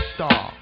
Star